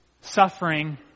suffering